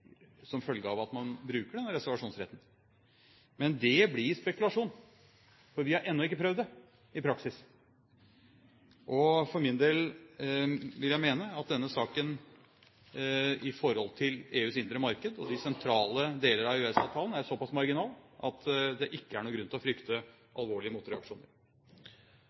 som følge av at man bruker denne reserevasjonsretten. Men det blir spekulasjoner, for vi har ennå ikke prøvd det i praksis. For min del vil jeg mene at denne saken, i forhold til EUs indre marked og de sentrale deler av EØS-avtalen, er såpass marginal at det ikke er noen grunn til å frykte